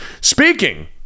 Speaking